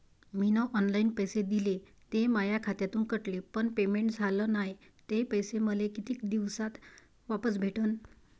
मीन online पैसे दिले, ते माया खात्यातून कटले, पण पेमेंट झाल नायं, ते पैसे मले कितीक दिवसात वापस भेटन?